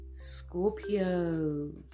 scorpio